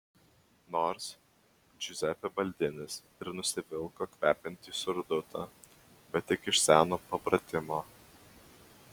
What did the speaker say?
nors džiuzepė baldinis ir nusivilko kvepiantį surdutą bet tik iš seno papratimo